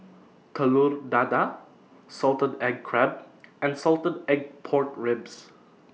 Telur Dadah Salted Egg Crab and Salted Egg Pork Ribs